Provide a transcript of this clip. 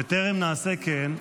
בטרם נעשה כן,